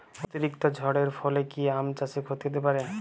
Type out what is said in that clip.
অতিরিক্ত ঝড়ের ফলে কি আম চাষে ক্ষতি হতে পারে?